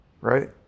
right